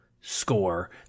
score